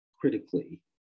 critically